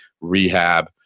rehab